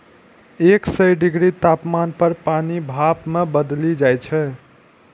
एक सय डिग्री तापमान पर पानि भाप मे बदलि जाइ छै